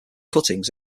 cuttings